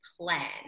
plan